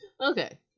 Okay